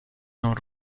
non